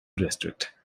district